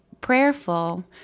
prayerful